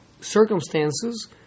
circumstances